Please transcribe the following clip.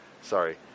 Sorry